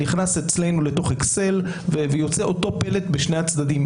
זה נכנס אצלנו לתוך אקסל ויוצא אותו פלט בשני הצדדים.